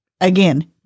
again